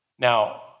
Now